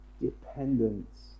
dependence